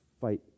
fight